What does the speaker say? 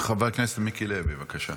חבר הכנסת מיקי לוי, בבקשה.